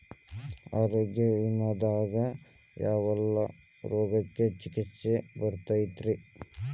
ಆರೋಗ್ಯ ವಿಮೆದಾಗ ಯಾವೆಲ್ಲ ರೋಗಕ್ಕ ಚಿಕಿತ್ಸಿ ಬರ್ತೈತ್ರಿ?